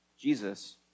Jesus